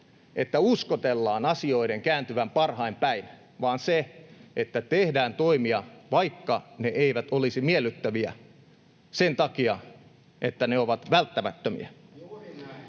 että uskotellaan asioiden kääntyvän parhain päin, vaan se, että tehdään toimia, vaikka ne eivät olisi miellyttäviä, sen takia, että ne ovat välttämättömiä.